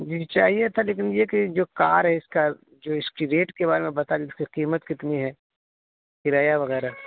جی چاہیے تھا لیکن یہ کہ جو کار ہے اس کا جو اس کی ریٹ کے بارے میں بتا دی اس کی قیمت کتنی ہے کرایہ وغیرہ